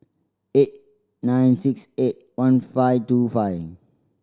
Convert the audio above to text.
eight nine six eight one five two five